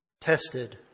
Tested